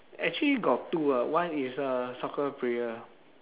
actually got two ah one is a soccer player